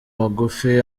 magufi